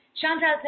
Chantal